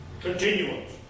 continuance